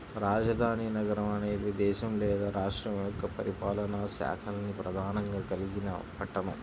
రాజధాని నగరం అనేది దేశం లేదా రాష్ట్రం యొక్క పరిపాలనా శాఖల్ని ప్రధానంగా కలిగిన పట్టణం